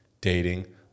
dating